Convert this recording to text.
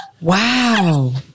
Wow